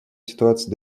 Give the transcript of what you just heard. ситуация